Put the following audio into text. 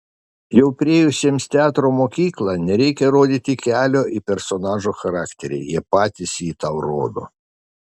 jau praėjusiems teatro mokyklą nereikia rodyti kelio į personažo charakterį jie patys jį tau rodo